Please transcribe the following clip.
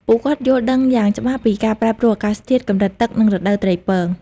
ពួកគាត់យល់ដឹងយ៉ាងច្បាស់ពីការប្រែប្រួលអាកាសធាតុ កម្រិតទឹក និងរដូវត្រីពង។